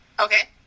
okay